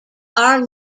are